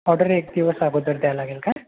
order एक दिवस अगोदर द्या लागेल का